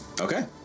Okay